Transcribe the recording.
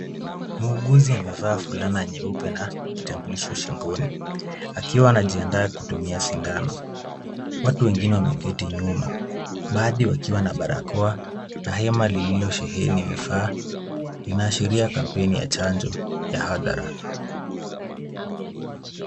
Muuguzi amevaa fulana nyeupe na kitambulisho shingoni akiwa anajiandaa kutumia sindano. Watu wengine wameketi nyuma baadhi wakiwa na barakoa na hema lililosheheni vifaa vinaashiria kampeni ya chanjo ya hadhara.